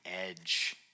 edge